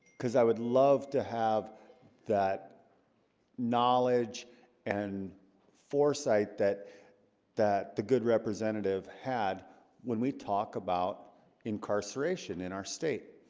because i would love to have that knowledge and foresight that that the good representative had when we talk about incarceration in our state